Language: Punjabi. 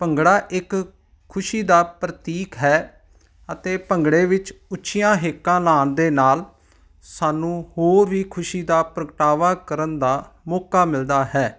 ਭੰਗੜਾ ਇੱਕ ਖੁਸ਼ੀ ਦਾ ਪ੍ਰਤੀਕ ਹੈ ਅਤੇ ਭੰਗੜੇ ਵਿੱਚ ਉੱਚੀਆਂ ਹੇਕਾਂ ਲਗਾਉਣ ਦੇ ਨਾਲ ਸਾਨੂੰ ਹੋਰ ਵੀ ਖੁਸ਼ੀ ਦਾ ਪ੍ਰਗਟਾਵਾ ਕਰਨ ਦਾ ਮੌਕਾ ਮਿਲਦਾ ਹੈ